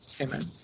Amen